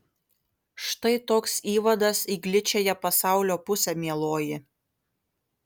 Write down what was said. štai toks įvadas į gličiąją pasaulio pusę mieloji